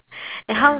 then how